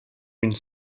une